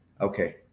Okay